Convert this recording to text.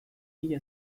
mila